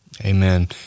Amen